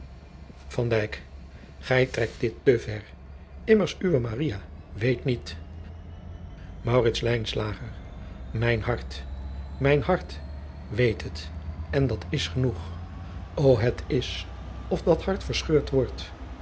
gij trekt dit te ver immers uwe maria weet niet maurits lijnslager mijn hart mijn hart weet het en dat is genoeg o het is of dat hart verscheurd wordt